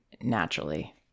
naturally